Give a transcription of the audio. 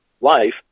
life